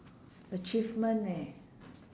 achievement leh